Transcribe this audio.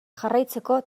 jarraitzeko